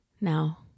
Now